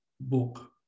book